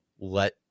let